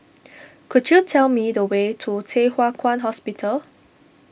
could you tell me the way to Thye Hua Kwan Hospital